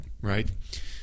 Right